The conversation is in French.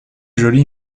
jolie